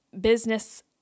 Business